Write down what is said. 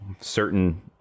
certain